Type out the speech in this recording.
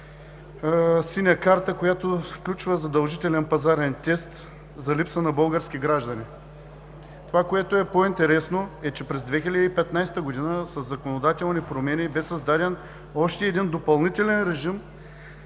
„синя карта“, която включва задължителен пазарен тест за липса на български граждани. Това, което е по-интересно, е, че през 2015 г. със законодателни промени бе създаден още един допълнителен режим